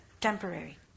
temporary